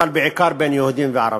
אבל בעיקר בין יהודים לערבים.